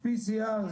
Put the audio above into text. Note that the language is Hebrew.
PCR,